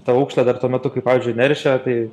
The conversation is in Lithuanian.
ta aukšlė dar tuo metu kai pavyzdžiui neršia tai